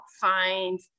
find